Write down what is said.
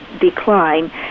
decline